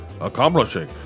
accomplishing